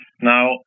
Now